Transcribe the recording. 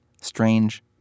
strange